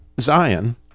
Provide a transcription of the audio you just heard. Zion